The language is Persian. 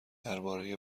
درباره